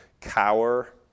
cower